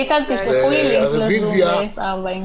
איתן, תשלחו לי לינק לזום ב-10:40.